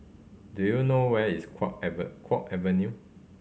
do you know where is Kwong ever Kwong Avenue